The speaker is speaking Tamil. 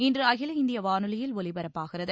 இன்று அகில இந்திய வானொலியில் ஒலிபரப்பாகிறது